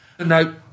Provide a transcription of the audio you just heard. No